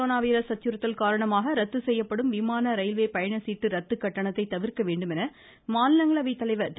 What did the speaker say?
corona virus அச்சுறுத்தல் காரணமாக ரத்து செய்யப்படும் விமான ரயில்வே பயண சீட்டு ரத்து கட்டணத்தை தவிர்க்க வேண்டுமென மாநிலங்களவை தலைவர் திரு